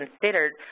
considered